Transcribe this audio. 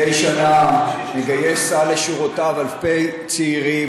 מדי שנה מגייס צה"ל לשורותיו אלפי צעירים